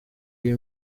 iyi